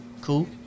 cool